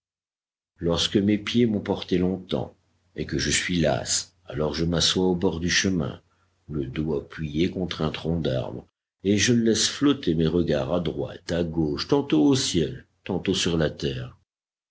lorsque mes pieds m'ont porté longtemps et que je suis las alors je m'assois au bord du chemin le dos appuyé contre un tronc d'arbre et je laisse flotter mes regards à droite à gauche tantôt au ciel tantôt sur la terre